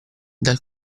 dal